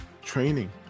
training